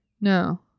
No